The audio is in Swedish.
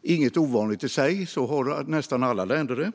Detta är inget ovanligt i sig; så har nästan alla länder det.